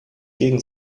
gegen